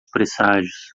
presságios